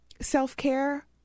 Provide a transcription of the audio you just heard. self-care